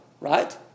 right